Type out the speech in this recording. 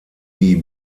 die